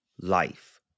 life